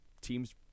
teams